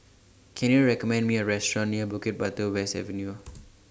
Can YOU recommend Me A Restaurant near Bukit Batok West Avenue